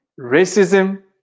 Racism